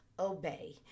obey